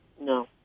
no